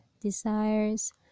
desires